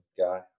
guy